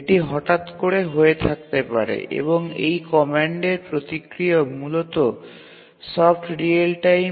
এটি হঠাৎ করে হয়ে থাকতে পারে এবং এই কমান্ডের প্রতিক্রিয়াও মূলত সফট রিয়েল টাইম